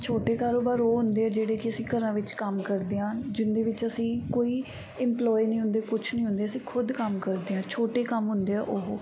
ਛੋਟੇ ਕਾਰੋਬਾਰ ਉਹ ਹੁੰਦੇ ਆ ਜਿਹੜੇ ਕਿ ਅਸੀਂ ਘਰਾਂ ਵਿੱਚ ਕੰਮ ਕਰਦੇ ਹਾਂ ਜਿਸ ਦੇ ਵਿੱਚ ਅਸੀਂ ਕੋਈ ਇੰਪਲੋਇ ਨਹੀਂ ਹੁੰਦੇ ਕੁਛ ਨਹੀਂ ਹੁੰਦੇ ਅਸੀਂ ਖੁਦ ਕੰਮ ਕਰਦੇ ਹਾਂ ਛੋਟੇ ਕੰਮ ਹੁੰਦੇ ਆ ਉਹ